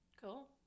cool